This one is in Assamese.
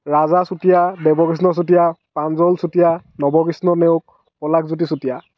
ৰাজা চুতীয়া দেৱকৃষ্ণ চুতীয়া প্ৰাঞ্জল চুতীয়া নৱকৃষ্ণ নেওগ পলাশ জ্যোতি চুতীয়া